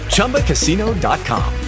ChumbaCasino.com